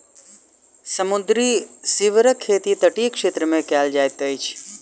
समुद्री सीवरक खेती तटीय क्षेत्र मे कयल जाइत अछि